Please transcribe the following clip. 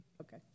Okay